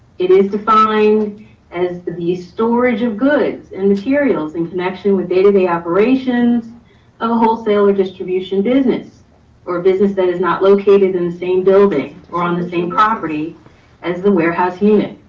it is defined as the the storage of goods and materials in connection with day to day operations of a wholesale or distribution business or business that is not located in and the same building or on the same property as the warehouse unit.